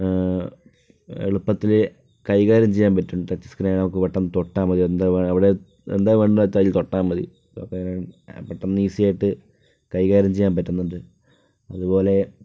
എളുപ്പത്തിൽ കൈകാര്യം ചെയ്യാൻ പറ്റും ടച്ച് സ്ക്രീൻ നമുക്കു പെട്ടെന്ന് തൊട്ടാൽ മതി എന്താവേണ്ടെന്നു വെച്ചാൽ അതില് തോട്ടാൽ മതി പെട്ടെന്ന് ഈസി ആയിട്ട് കൈകാര്യം ചെയ്യാൻ പറ്റുന്നുണ്ട് അതുപോലെ